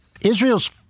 Israel's